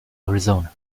arizona